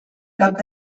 cap